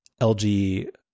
LG